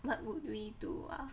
what would we do ah